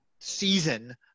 season